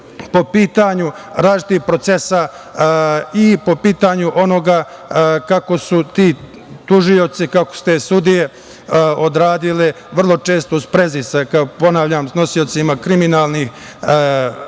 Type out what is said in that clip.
po pitanju različitih procesa i po pitanju onoga kako su ti tužioci, kako su te sudije odradile vrlo često u sprezi sa nosiocima kriminalnih radnji